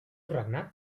regnat